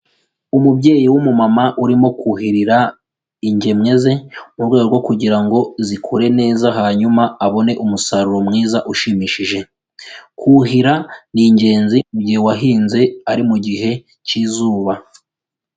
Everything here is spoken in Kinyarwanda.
Umubyeyi w'umumama urimo kuhirira ingemwe ze, mu rwego rwo kugira ngo zikure neza hanyuma abone umusaruro mwiza ushimishije. Kuhira ni ingenzi mu gihe wahinze ari mu gihe cy'izuba.